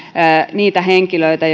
niitä henkilöitä